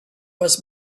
was